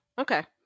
Okay